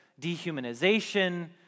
dehumanization